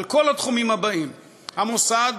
על כל התחומים הבאים: המוסד,